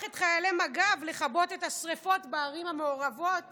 את חיילי מג"ב לכבות את השרפות בערים המעורבות